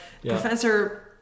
Professor